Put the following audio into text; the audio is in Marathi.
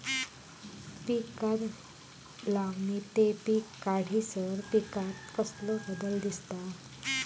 पीक लावणी ते पीक काढीसर पिकांत कसलो बदल दिसता?